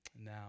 Now